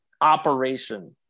operation